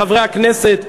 בחברי הכנסת,